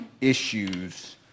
issues